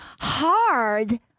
hard